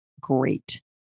great